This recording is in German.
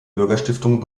bürgerstiftung